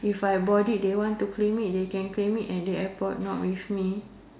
if I bought it they want to claim it they can claim it at the airport not with me